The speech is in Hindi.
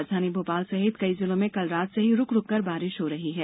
राजधानी भोपाल सहित कई जिलों में कल रात से ही रूक रूक कर बारिश हो रही है